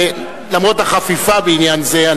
למרות החפיפה בעניין זה,